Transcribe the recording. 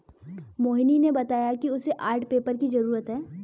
मोहिनी ने बताया कि उसे आर्ट पेपर की जरूरत है